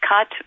cut